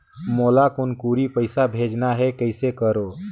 मोला कुनकुरी पइसा भेजना हैं, कइसे करो?